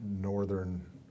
northern